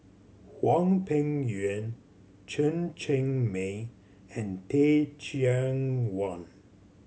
Hwang Peng Yuan Chen Cheng Mei and Teh Cheang Wan